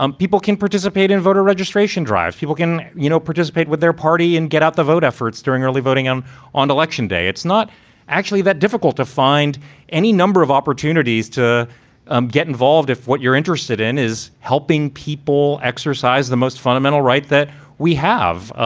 um people can participate in a voter registration drive. people can, you know, participate with their party and get out the vote efforts during early voting them on election day. it's not actually that difficult to find any number of opportunities to um get involved if what you're interested in is helping people exercise the most fundamental right that we have.